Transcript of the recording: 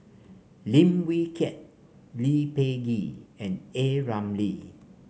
Lim Wee Kiak Lee Peh Gee and A Ramli